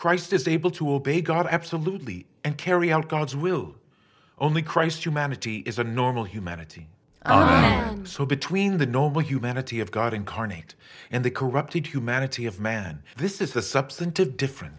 christ is able to obey god absolutely and carry out god's will only christ humanity is a normal humanity so between the normal humanity of god incarnate and the corrupted humanity of man this is the substantive differen